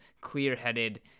clear-headed